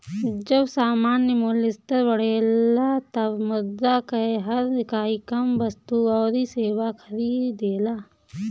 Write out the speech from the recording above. जब सामान्य मूल्य स्तर बढ़ेला तब मुद्रा कअ हर इकाई कम वस्तु अउरी सेवा खरीदेला